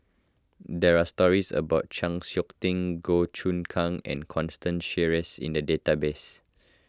there are stories about Chng Seok Tin Goh Choon Kang and Constance Sheares in the database